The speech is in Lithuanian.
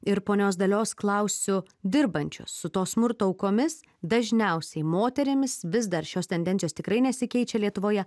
ir ponios dalios klausiu dirbančios su to smurto aukomis dažniausiai moterimis vis dar šios tendencijos tikrai nesikeičia lietuvoje